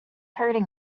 hurting